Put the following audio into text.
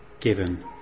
given